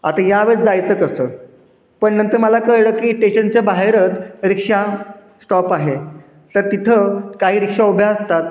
आता या वेळेस जायचं कसं पण नंतर मला कळलं की टेशनच्या बाहेरच रिक्षा स्टॉप आहे तर तिथं काही रिक्षा उभ्या असतात